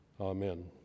Amen